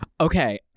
Okay